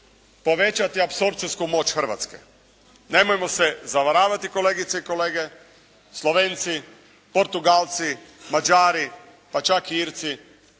povećati apsorpcijsku moć Hrvatske. Nemojmo se zavaravati kolegice i kolege. Slovenci, Portugalci, Mađari pa čak i Irci